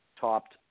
topped